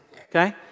okay